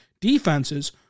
defenses